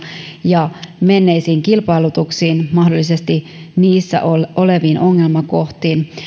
ja menneisiin kilpailutuksiin mahdollisesti niissä oleviin ongelmakohtiin